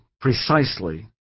precisely